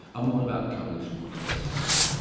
um what about the coalition, what do they say on this?